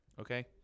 Okay